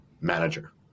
manager